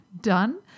done